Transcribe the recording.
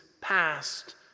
past